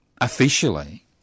officially